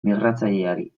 migratzaileari